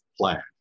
plan